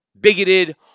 bigoted